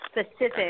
specific